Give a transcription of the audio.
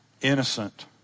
innocent